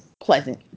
pleasant